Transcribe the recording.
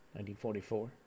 1944